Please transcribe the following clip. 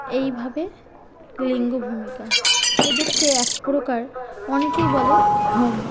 এইভাবে লিঙ্গ ভূমিকা এদেরকে একপ্রকার অনেকেই বলে হোম